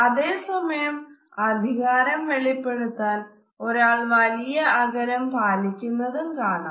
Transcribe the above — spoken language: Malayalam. അതെ സമയം അധികാരം വെളിപ്പെടുത്താൻ ഒരാൾ വലിയ അകലം പാലിക്കുന്നതും കാണാം